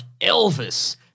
Elvis